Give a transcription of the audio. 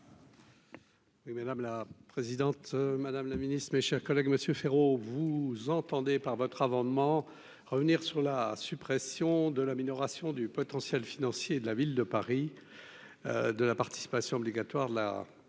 madame la présidente, Madame la Ministre, mes chers collègues Monsieur Féraud, vous entendez par votre amendement, revenir sur la suppression de l'amélioration du potentiel financier de la ville de Paris, de la participation obligatoire de la